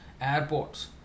Airports